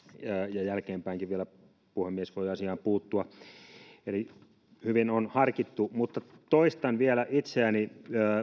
ja vielä jälkeenpäinkin puhemies voi asiaan puuttua eli hyvin on harkittu mutta toistan vielä itseäni